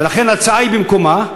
ולכן ההצעה היא במקומה.